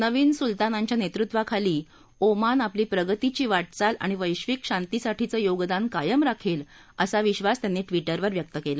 नवीन सुलतानांच्या नेतृत्वाखाली ओमान आपली प्रगतीची वा झाल आणि वैब्रिक शांतीसाठीचं योगदान कायम राखेल असा विधास त्यांनी विधेवर व्यक्त केला